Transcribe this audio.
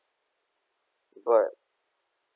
but